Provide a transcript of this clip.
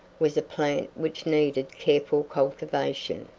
was a plant which needed careful cultivation.